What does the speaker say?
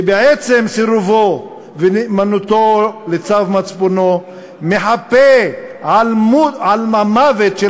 שבעצם סירובו ונאמנותו לצו מצפונו מחפה על המוות של